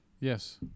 Yes